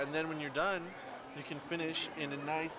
and then when you're done you can finish in a nice